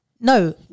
no